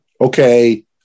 Okay